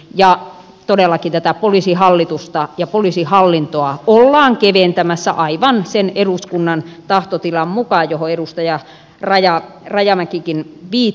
ja todellakin tätä poliisihallitusta ja poliisihallintoa ollaan keventämässä aivan sen eduskunnan tahtotilan mukaan johon edustaja rajamäkikin viittasi